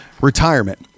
Retirement